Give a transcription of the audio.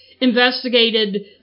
investigated